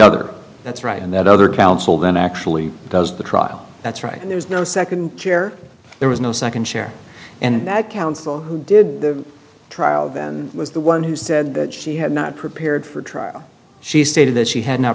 other that's right and that other counsel then actually does the trial that's right and there's no second chair there was no second chair and that counsel who did the trial was the one who said that she had not prepared for trial she stated that she had not